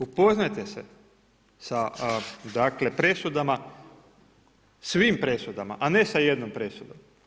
Upoznajte se sa dakle presudama, svim presudama a ne sa jednom presudom.